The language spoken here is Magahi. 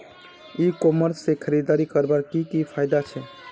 ई कॉमर्स से खरीदारी करवार की की फायदा छे?